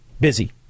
busy